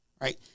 right